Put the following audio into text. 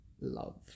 love